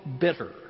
bitter